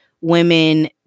women